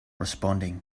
responding